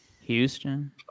Houston